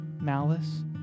malice